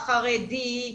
החרדי,